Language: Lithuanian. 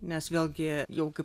mes vėlgi jau kaip